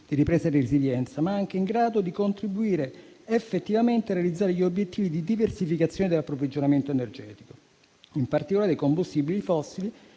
di ripresa di resilienza, ma anche in grado di contribuire effettivamente a realizzare gli obiettivi di diversificazione dell'approvvigionamento energetico, in particolare dei combustibili fossili,